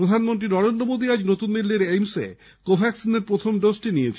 প্রধানমন্ত্রী নরেন্দ্র মোদী আজ নতুন দিল্লীর এইমস এ কোভ্যাকসিনের প্রথম ডোজটি নিয়েছেন